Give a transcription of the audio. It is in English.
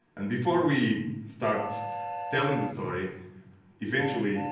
and before we start telling the story eventually